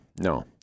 No